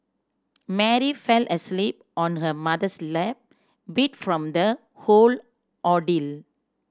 Mary fell asleep on her mother's lap beat from the whole ordeal